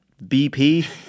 BP